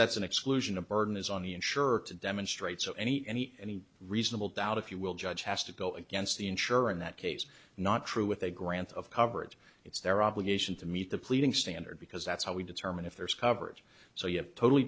that's an exclusion a burden is on the insurer to demonstrate so any any any reasonable doubt if you will judge has to go against the insurer in that case not true with a grant of coverage it's their obligation to meet the pleading standard because that's how we determine if there is coverage so you have totally